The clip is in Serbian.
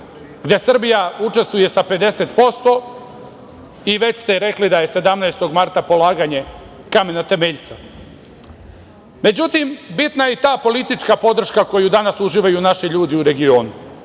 gde Srbija učestvuje sa 50% i već ste rekli da je 17. marta polaganje kamena temeljca.Međutim, bitna je i ta politička podrška koju danas uživaju naši ljudi u regionu,